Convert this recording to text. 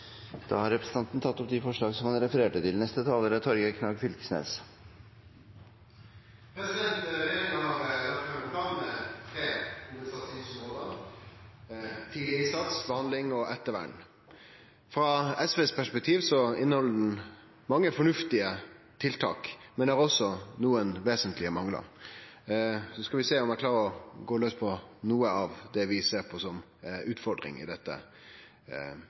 tatt opp det forslaget han refererte til. Regjeringa har lagt fram ein plan med tre hovudsatsingsområde: tidleg innsats, behandling og ettervern. Frå SV sitt perspektiv inneheld planen mange fornuftige tiltak, men det er også nokre vesentlege manglar. Så får vi sjå om eg klarer å gå laus på noko av det som vi ser på som utfordringar i dette